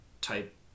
type